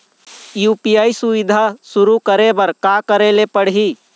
UPI सुविधा शुरू करे बर का करे ले पड़ही?